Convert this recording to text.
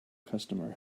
customer